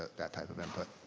that type of input.